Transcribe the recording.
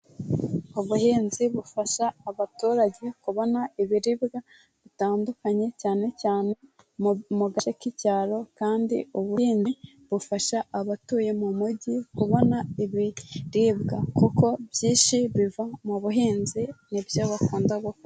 Ubuhinzi bufasha abaturage kubona ibiribwa bitandukanye cyane cyane mu gace k'icyaro, kandi ubuhinzi bufasha abatuye mu mujyi kubona ibiribwa kuko ibyinshi biva mu buhinzi, ni byo bakunda gukora.